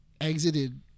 exited